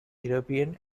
european